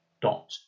dot